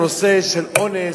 איזה נושא של אונס,